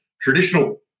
traditional